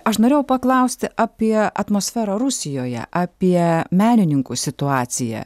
aš norėjau paklausti apie atmosferą rusijoje apie menininkų situaciją